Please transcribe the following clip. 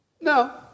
No